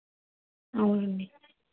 అవునండి